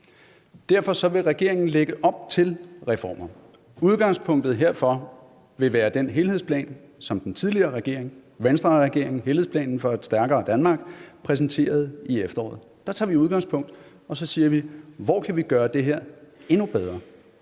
Derfor vil regeringen lægge op til reformer, og udgangspunktet herfor vil være den helhedsplan for et stærkere Danmark, som den tidligere Venstreregering præsenterede i efteråret. Det tager vi udgangspunkt i, og så siger vi: Hvor kan vi gøre det her endnu bedre,